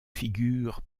figure